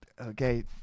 Okay